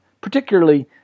Particularly